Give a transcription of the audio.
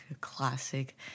classic